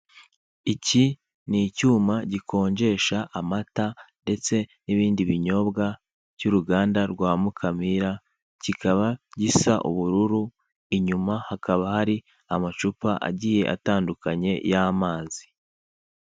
Iki ni icyuma gikonjesha amata ndetse n'ibindi binyobwa cy'uruganda rwa Mukamira, kikaba gisa ubururu inyuma hakaba hari amacupa agiye atandukanye y'amazi.